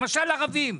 למשל ערבים.